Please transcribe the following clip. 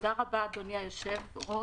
תודה רבה, אדוני היושב-ראש.